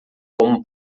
como